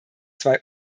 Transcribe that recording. zwei